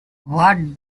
what